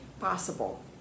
possible